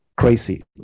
Crazy